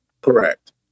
Correct